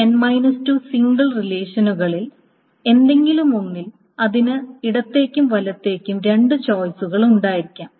ഈ n 2 single റിലേഷനുകളിൽ ഏതെങ്കിലുമൊന്നിൽ അതിന് ഇടത്തേയ്ക്കും വലത്തേയ്ക്കും രണ്ട് ചോയ്സുകൾ ഉണ്ടായിരിക്കാം